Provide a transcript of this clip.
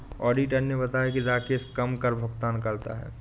auditor ने बताया कि राकेश कम कर भुगतान करता है